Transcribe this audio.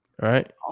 Right